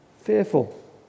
fearful